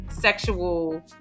sexual